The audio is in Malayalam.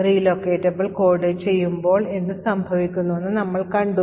relocatable കോഡ് ചെയ്യുമ്പോൾ എന്ത് സംഭവിക്കുമെന്ന് നമ്മൾ കണ്ടു